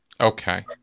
Okay